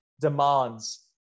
demands